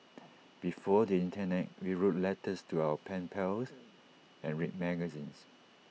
before the Internet we wrote letters to our pen pals and read magazines